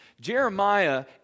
Jeremiah